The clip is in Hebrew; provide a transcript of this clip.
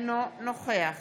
אינו נוכח